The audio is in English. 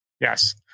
Yes